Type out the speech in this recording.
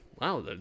wow